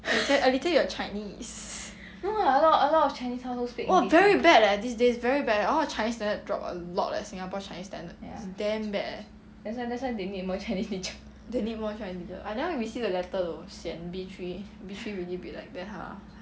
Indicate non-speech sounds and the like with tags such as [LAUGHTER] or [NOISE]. [LAUGHS] alithea alithea you are chinese !wah! very bad leh these days very bad all the chinese standard drop a lot eh singapore chinese standard it's damn bad eh they need more chinese teacher I never received the letter though sian B three B three really be like that !huh!